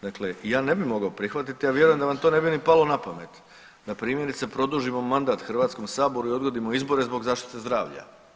Dakle, ja ne bih mogao prihvatiti, ja vjerujem da vam to ne bi ni palo na pamet, da primjerice produžimo mandat Hrvatskom saboru i odgodimo izbore zbog zaštite zdravlja.